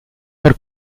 per